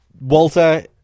Walter